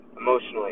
emotionally